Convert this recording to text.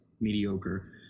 mediocre